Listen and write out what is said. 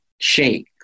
shake